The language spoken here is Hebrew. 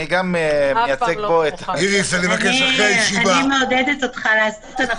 אני מייצג פה גם --- אני מעודדת אותך לעשות,